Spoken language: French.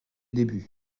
débuts